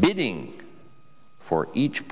bidding for each